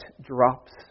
drops